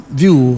view